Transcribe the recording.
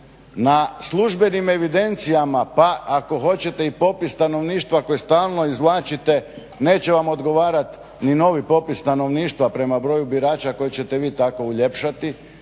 na službenim evidencijama, pa ako hoćete i popis stanovništva koji stalno izvlačite neće vam odgovarat ni novi popis stanovništva prema broju birača koji ćete vi tako uljepšati